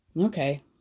okay